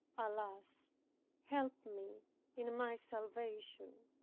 alas help me in my salvation.